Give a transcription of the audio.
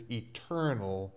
eternal